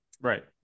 right